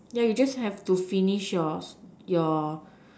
yeah you just have to finish your your